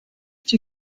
she